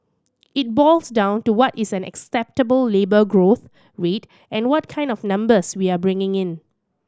it boils down to what is an acceptable labour growth rate and what kind of numbers we are bringing in